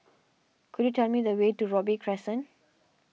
could you tell me the way to Robey Crescent